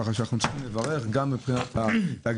כך שאנו צריכים לברך גם מבחינת התאגידים